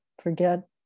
forget